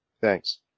Thanks